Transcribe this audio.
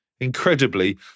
Incredibly